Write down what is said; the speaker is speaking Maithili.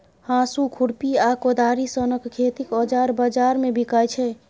हाँसु, खुरपी आ कोदारि सनक खेतीक औजार बजार मे बिकाइ छै